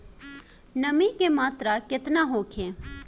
नमी के मात्रा केतना होखे?